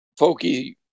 folky